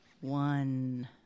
One